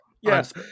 Yes